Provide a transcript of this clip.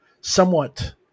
somewhat